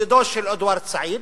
כידידו של אדוארד סעיד,